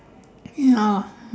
ya